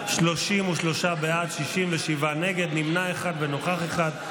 33 בעד, 67 נגד, נמנע אחד ונוכח אחד.